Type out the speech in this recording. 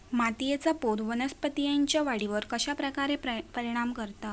मातीएचा पोत वनस्पतींएच्या वाढीवर कश्या प्रकारे परिणाम करता?